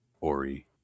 Ori